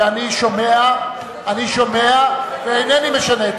אני שומע, ואינני משנה את